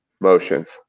motions